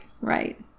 Right